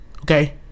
okay